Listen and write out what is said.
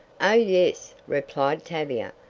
oh, yes, replied tavia,